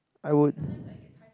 I would